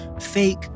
fake